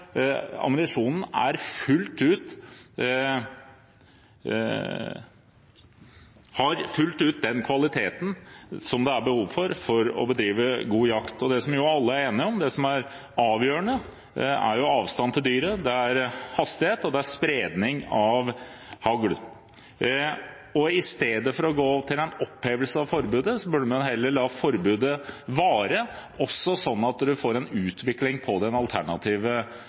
ammunisjonen har fullt ut den kvaliteten som det er behov for for å bedrive god jakt. Det som alle er enige om, som er avgjørende, er avstanden til dyret, det er hastighet, og det er spredning av hagl. I stedet for å gå for en opphevelse av forbudet, burde man heller la forbudet vare, sånn at man får en utvikling på den alternative